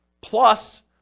plus